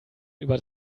über